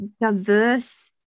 diverse